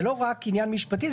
זה לא רק עניין משפטי,